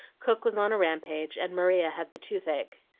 cook was on a rampage, and maria had the toothache.